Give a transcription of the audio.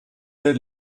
der